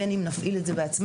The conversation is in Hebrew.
בין אם נפעיל את זה בעצמנו,